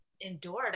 endured